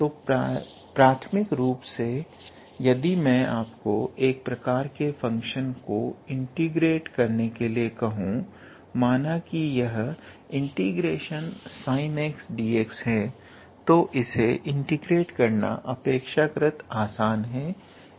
तो प्राथमिक रूप से यदि मैं आपको एक प्रकार के फंक्शन को इंटीग्रेट करने के लिए कहूं माना कि यह ∫𝑠𝑖𝑛𝑥𝑑𝑥 है तो इसे इंटीग्रेट करना अपेक्षाकृत आसान है